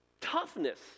toughness